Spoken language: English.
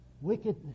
wickedness